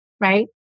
right